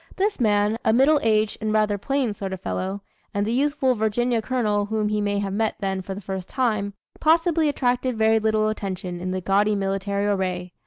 this man, a middle-aged and rather plain sort of fellow and the youthful virginia colonel whom he may have met then for the first time possibly attracted very little attention in the gaudy military array.